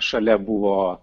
šalia buvo